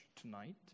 tonight